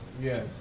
Yes